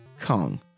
Kong